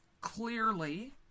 clearly